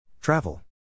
Travel